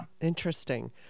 interesting